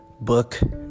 book